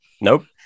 Nope